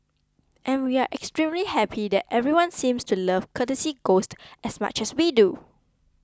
and we extremely happy that everyone seems to love Courtesy Ghost as much as we do